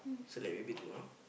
so like maybe tomorrow